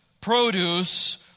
produce